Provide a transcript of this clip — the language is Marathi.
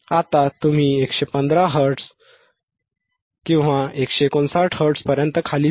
आता तुम्ही 115 हर्ट्झ 159 हर्ट्झपर्यंत खाली जा